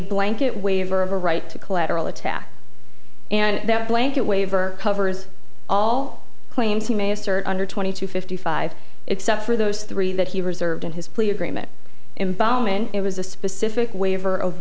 blanket waiver of a right to collateral attack and that blanket waiver covers all claims he may assert under twenty to fifty five except for those three that he reserved in his plea agreement in boman it was a specific waiver of